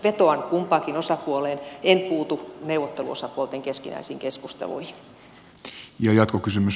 vetoan kumpaankin osapuoleen en puutu neuvotteluosapuolten keskinäisiin keskusteluihin